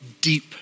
deep